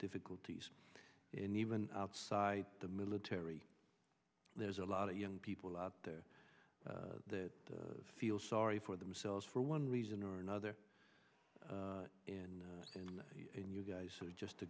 difficulties in even outside the military there's a lot of young people out there that feel sorry for themselves for one reason or another in sin and you guys are just a